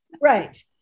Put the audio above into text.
Right